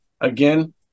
Again